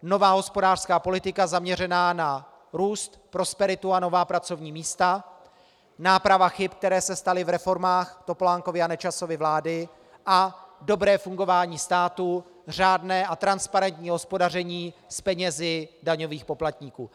Nová hospodářská politika zaměřená na růst, prosperitu a nová pracovní místa, náprava chyb, které se staly v reformách Topolánkovy a Nečasovy vlády, a dobré fungování státu, řádné a transparentní hospodaření s penězi daňových poplatníků.